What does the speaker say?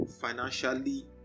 financially